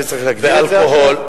בשביל זה צריך להגדיל את זה עכשיו?